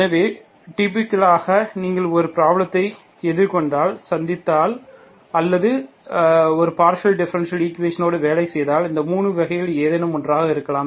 எனவே டிபிகளாக நீங்கள் ஒரு பிராப்ளத்தை எதிர்கொண்டால் சந்தித்தால் அல்லது நீங்கள் ஒரு பார்ஷியல் டிஃப்பரன்சியல் ஈக்குவேஷனோடு வேலை செய்தால் இது 3 வகைகளில் ஏதேனும் ஒன்றாக இருக்கலாம்